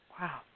Wow